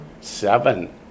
Seven